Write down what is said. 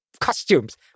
costumes